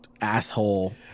asshole